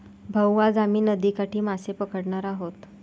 भाऊ, आज आम्ही नदीकाठी मासे पकडणार आहोत